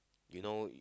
you know